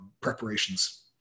preparations